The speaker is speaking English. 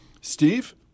Steve